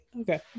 okay